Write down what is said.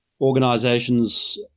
organizations